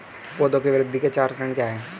पौधे की वृद्धि के चार चरण क्या हैं?